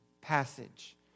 passage